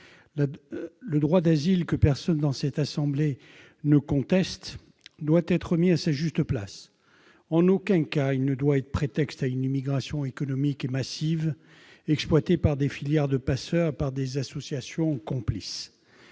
Le droit d'asile, que personne dans cette assemblée ne conteste, doit être mis à sa juste place. En aucun cas, il ne doit être le prétexte à une immigration économique et massive, exploitée par des filières de passeurs et par des associations complices.